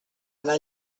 anar